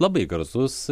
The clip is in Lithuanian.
labai garsus